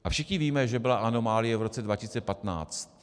A všichni víme, že byla anomálie v roce 2015.